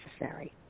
necessary